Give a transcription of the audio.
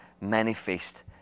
manifest